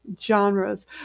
genres